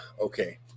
okay